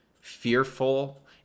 fearful